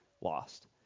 lost